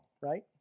right